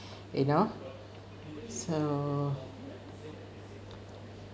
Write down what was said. you know so